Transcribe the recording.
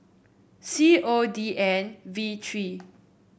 C O D N V three